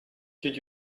did